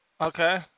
Okay